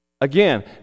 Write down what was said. Again